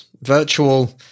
virtual